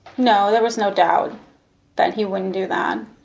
no, there was no doubt that he wouldn't do that.